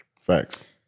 Facts